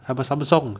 have a samsung